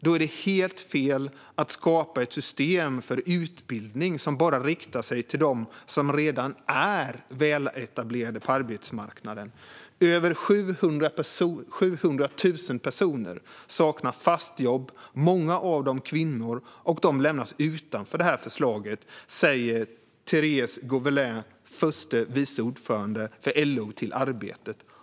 Då är det helt fel att skapa ett system för utbildning som bara riktar sig till dem som redan är väletablerade på arbetsmarknaden. Över 700 000 personer saknar fast jobb, många av dem kvinnor, och de lämnas utanför det här förslaget", säger Therese Guovelin, förste vice ordförande för LO, till Arbetet.